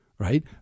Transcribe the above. right